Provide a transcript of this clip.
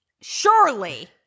surely